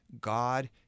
God